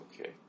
Okay